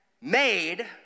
made